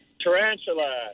Tarantula